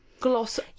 Gloss